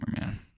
man